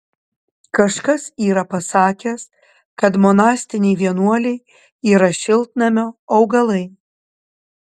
kažkas yra pasakęs kad monastiniai vienuoliai yra šiltnamio augalai